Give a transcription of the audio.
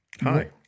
Hi